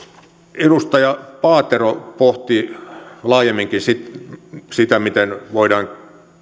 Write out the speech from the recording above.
edustaja paatero pohti laajemminkin sitä miten voidaan